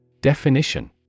Definition